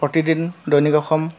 প্ৰতিদিন দৈনিক অসম